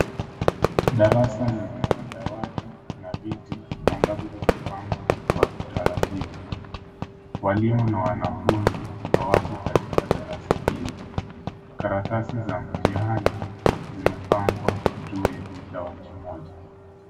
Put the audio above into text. Darasa lina madawati na viti ambavyo vimepangwa kwa utaratibu. Walimu na wanafunzi hawapo katika darasa hili. Karatasi za mtihani zimepangwa juu ya dawati moja.